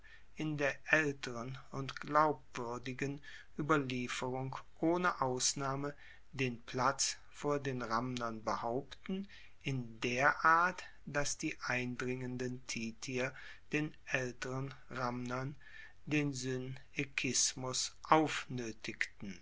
in der aelteren und glaubwuerdigen ueberlieferung ohne ausnahme den platz vor den ramnern behaupten in der art dass die eindringenden titier den aelteren ramnern den synoekismus